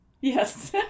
Yes